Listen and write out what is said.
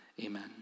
Amen